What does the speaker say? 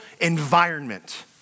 environment